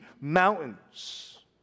mountains